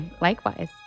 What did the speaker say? Likewise